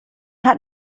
hat